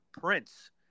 Prince